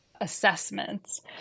assessments